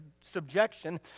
subjection